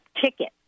ticket